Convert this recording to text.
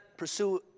Pursue